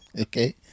Okay